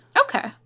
okay